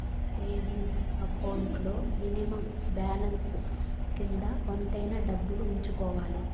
saving account లో minimum balance కింద కొంతైనా డబ్బు ఉంచుకోవాలి